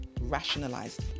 Rationalize